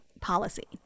policy